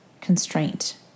constraint